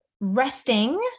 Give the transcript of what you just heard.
resting